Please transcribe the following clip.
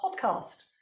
podcast